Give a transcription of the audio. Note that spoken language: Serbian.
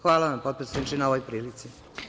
Hvala vam, potpredsedniče, na ovoj prilici.